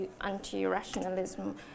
anti-rationalism